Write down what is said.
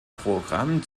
programm